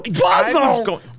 Puzzle